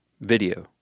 video